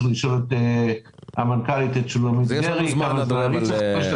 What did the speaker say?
צריך לשאול את המנכ"לית שולמית גרי כמה זמן היא צריכה.